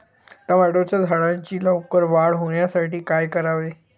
टोमॅटोच्या झाडांची लवकर वाढ होण्यासाठी काय करावे?